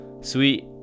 sweet